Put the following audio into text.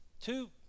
two